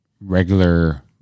regular